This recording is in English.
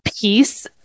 piece